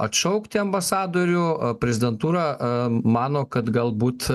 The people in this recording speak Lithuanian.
atšaukti ambasadorių prezidentūra mano kad galbūt